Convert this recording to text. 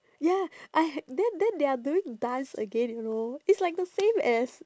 ya I then then they are doing dance again you know it's like the same as